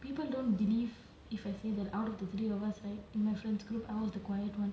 people don't believe if I say that out of the three of us right in my friend's group I was the quiet one